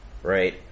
Right